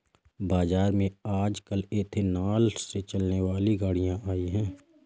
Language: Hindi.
बाज़ार में आजकल एथेनॉल से चलने वाली गाड़ियां आई है